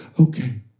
okay